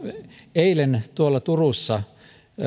eilen turussa